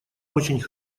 очень